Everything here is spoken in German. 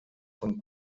von